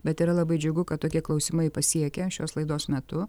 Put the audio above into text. bet yra labai džiugu kad tokie klausimai pasiekia šios laidos metu